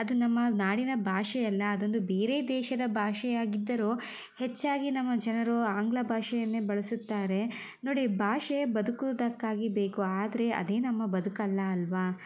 ಅದು ನಮ್ಮ ನಾಡಿನ ಭಾಷೆ ಅಲ್ಲ ಅದೊಂದು ಬೇರೆ ದೇಶದ ಭಾಷೆಯಾಗಿದ್ದರೂ ಹೆಚ್ಚಾಗಿ ನಮ್ಮ ಜನರು ಆಂಗ್ಲ ಭಾಷೆಯನ್ನೇ ಬಳಸುತ್ತಾರೆ ನೋಡಿ ಭಾಷೆ ಬದುಕುವುದಕ್ಕಾಗಿ ಬೇಕು ಆದರೆ ಅದೇ ನಮ್ಮ ಬದುಕಲ್ಲ ಅಲ್ವ